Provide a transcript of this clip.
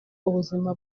ubuzima